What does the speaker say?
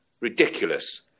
Ridiculous